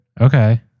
Okay